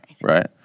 right